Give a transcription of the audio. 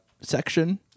section